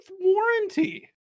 warranty